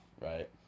right